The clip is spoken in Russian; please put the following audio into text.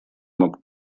мог